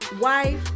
wife